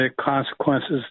consequences